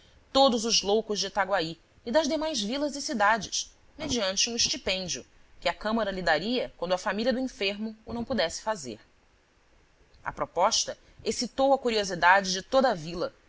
todos os loucos de itaguaí e das demais vilas e cidades mediante um estipêndio que a câmara lhe daria quando a família do enfermo o não pudesse fazer a proposta excitou a curiosidade de toda a vila